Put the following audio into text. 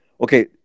okay